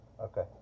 Okay